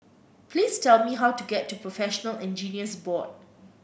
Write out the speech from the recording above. please tell me how to get to Professional Engineers Board